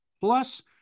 plus